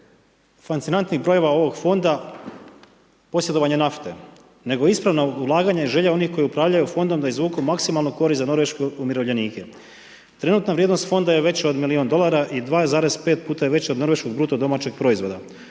fascinantnih brojeva ovog fonda posjedovanja nafte nego ispravna ulaganja i želja onih koji upravljaju fondom da izvuku maksimalno korist za norveške umirovljenike. Trenutna vrijednost fonda je veća od milijun dolara i 2,5 puta je veća od norveškog BDP-a. Fond